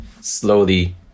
slowly